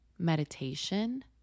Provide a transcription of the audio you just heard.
Meditation